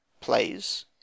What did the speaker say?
Plays